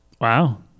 Wow